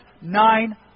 nine